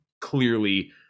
clearly